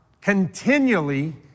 continually